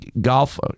Golf